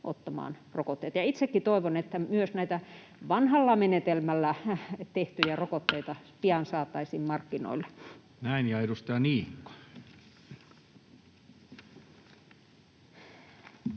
ottamaan rokotteita. Itsekin toivon, että myös vanhalla menetelmällä tehtyjä rokotteita pian saataisiin markkinoille. Mikrofoni! Näin. — Edustaja Niikko.